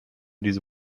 diese